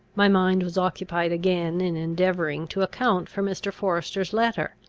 my mind was occupied again in endeavouring to account for mr. forester's letter.